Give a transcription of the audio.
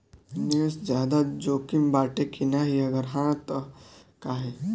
निवेस ज्यादा जोकिम बाटे कि नाहीं अगर हा तह काहे?